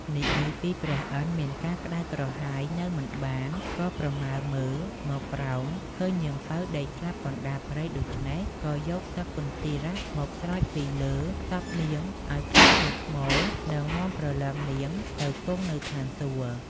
និយាយពីព្រះឥន្ទ្រមានការក្ដៅក្រហាយនៅមិនបាន ក៏ប្រមើលមើលមកក្រោមឃើញនាងពៅដេកស្លាប់កណ្ដាលព្រៃដូច្នេះ ក៏យកទឹកកន្ទីរ មកស្រោចពីលើសពនាងឲ្យក្លាយជាថ្មនិងនាំព្រលឹងនាងទៅគង់នៅឋានសួគ៌ ។